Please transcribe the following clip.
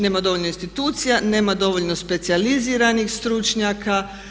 Nema dovoljno institucija, nema dovoljno specijaliziranih stručnjaka.